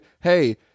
hey